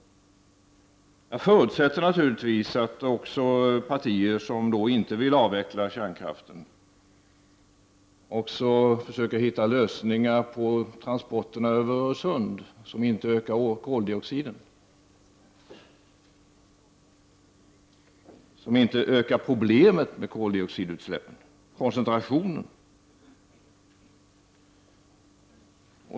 Jag förutsätter naturligtvis att partier som inte vill avveckla kärnkraften försöker hitta lösningar på transporterna över Öresund som inte ökar problemet med koldioxidutsläppen, koncentrationen.